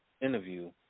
interview